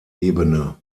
ebene